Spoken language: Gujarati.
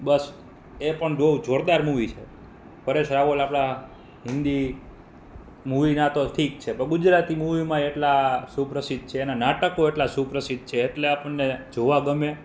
બસ એ પણ બહુ જોરદાર મૂવી છે પરેશ રાવલ આપણા હિન્દી મૂવીના તો ઠીક છે પણ ગુજરાતી મૂવીમાં એટલા સુપ્રસિદ્ધ છે એના નાટકો એટલા સુપ્રસિદ્ધ છે એટલે આપણને જોવા ગમે